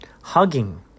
hugging